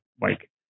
Mike